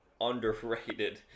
underrated